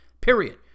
Period